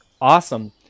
awesome